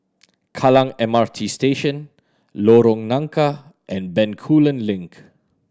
Kallang M R T Station Lorong Nangka and Bencoolen Link